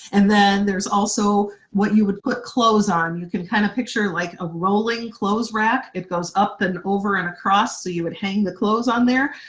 and then there's also what you would put clothes on, you can kinda kind of picture like a rolling clothes rack, it goes up and over and across, so you would hang the clothes on there.